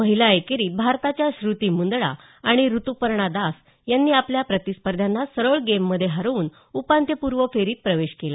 महिला एकेरीत भारताच्या श्रती मुदंडा आणि ऋतूपर्णा दास यांनी आपल्या प्रतिस्पर्ध्यांना सरळ गेममधे हरवून उपांत्यपूर्व फेरीत प्रवेश केला